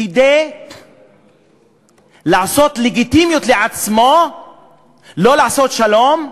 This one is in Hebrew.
כדי לעשות לגיטימיות לעצמו לא לעשות שלום,